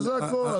זה הכל.